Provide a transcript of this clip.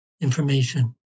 information